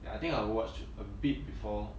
ya I think I watched a bit before